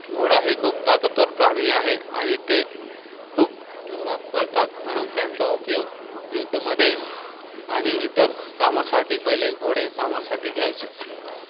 घोडा हे खूप ताकदवर प्राणी आहे आणि ते खूप जोरात पळतात म्हणून त्यांचा उपयोग युद्धामध्ये आणि इतर कामासाठी पहिले घोडे कामासाठी घ्यायचे